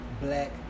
black